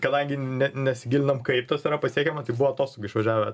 kadangi ne nesigilinom kaip tas yra pasiekiama tai buvo atostogų išvažiavę